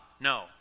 No